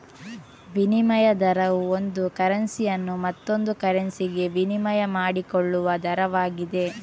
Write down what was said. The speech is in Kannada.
ವಿನಿಮಯ ದರವು ಒಂದು ಕರೆನ್ಸಿಯನ್ನು ಮತ್ತೊಂದು ಕರೆನ್ಸಿಗೆ ವಿನಿಮಯ ಮಾಡಿಕೊಳ್ಳುವ ದರವಾಗಿದೆ